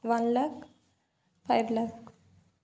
one lakh five lakh